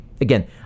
Again